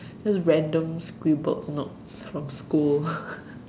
just random scribbled notes from school